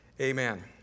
Amen